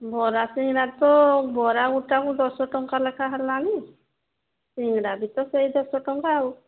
ବରା ସିଙ୍ଗଡ଼ା ତ ବରା ଗୁଟାକୁ ଦଶ ଟଙ୍କା ଲେଖାଁ ହେଲାଣି ସିଙ୍ଗଡ଼ା ବି ତ ସେଇ ଦଶ ଟଙ୍କା ଆଉ